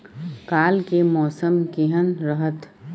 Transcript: काल के मौसम केहन रहत?